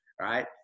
right